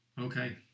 Okay